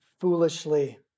foolishly